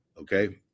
okay